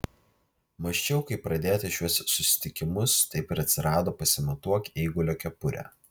mąsčiau kaip pradėti šiuos susitikimus taip ir atsirado pasimatuok eigulio kepurę